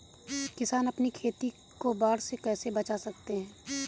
किसान अपनी खेती को बाढ़ से कैसे बचा सकते हैं?